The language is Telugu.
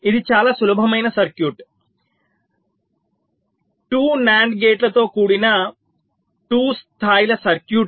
ఇది చాలా సులభమైన సర్క్యూట్ 2 NAND గేట్లతో కూడిన 2 స్థాయిల సర్క్యూట్